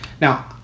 Now